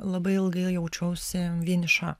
labai ilgai jaučiausi vieniša